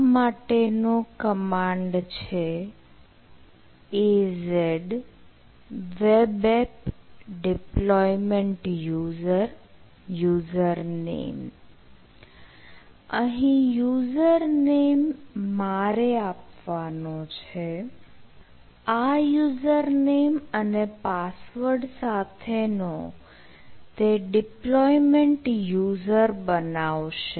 આ માટેનો કમાન્ડ છે az webapp deployment user user name અહીં યુઝરનેમ મારે આપવાનો છે આ યુઝરનેમ અને પાસવર્ડ સાથેનો તે ડિપ્લોયમેન્ટ યુઝર બનાવશે